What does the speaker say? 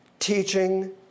teaching